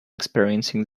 experiencing